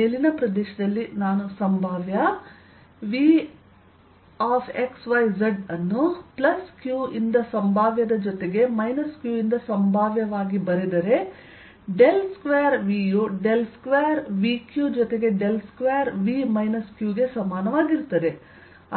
ಮೇಲಿನ ಪ್ರದೇಶದಲ್ಲಿ ನಾನುಸಂಭಾವ್ಯ V x y z ಅನ್ನುq ಯಿಂದ ಸಂಭಾವ್ಯಜೊತೆಗೆ q ಯಿಂದ ಸಂಭಾವ್ಯ ವಾಗಿ ಬರೆದರೆ ಡೆಲ್ ಸ್ಕ್ವೇರ್ V ಯು ಡೆಲ್ ಸ್ಕ್ವೇರ್ Vq ಜೊತೆಗೆ ಡೆಲ್ ಸ್ಕ್ವೇರ್ V q ಗೆ ಸಮಾನವಾಗಿರುತ್ತದೆ